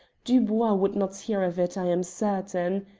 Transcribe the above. dubois would not hear of it, i am certain.